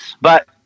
But-